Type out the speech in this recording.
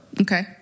okay